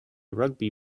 rugby